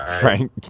Frank